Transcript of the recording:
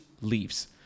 leaves